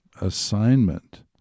assignment